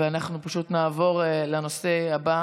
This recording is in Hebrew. אנחנו פשוט נעבור לנושא הבא